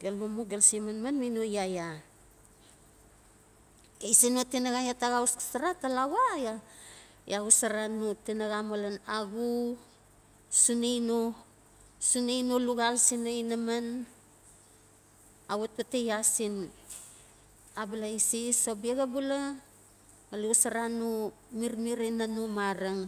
gelu mu gelu se manman mi no yaya ox sin no tinaxa ya ta xa xos xo sara, talawa ya xosora no tinaxa malen axu, sunei no, sunei no luxal sin no ina man awatwati ya sin abala eses o biaxa bula ngali xosora no mirmir ina no mareng.